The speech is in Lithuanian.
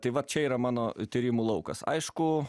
tai vat čia yra mano tyrimų laukas aišku